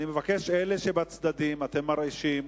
אלה שבצדדים, אתם מרעישים.